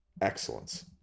excellence